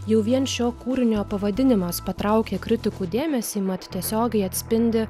jau vien šio kūrinio pavadinimas patraukė kritikų dėmesį mat tiesiogiai atspindi